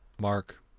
Mark